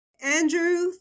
Andrew